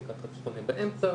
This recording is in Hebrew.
זה ככה חונה באמצע,